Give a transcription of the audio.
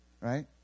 right